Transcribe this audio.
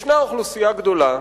יש אוכלוסייה גדולה